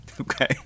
Okay